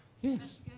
Yes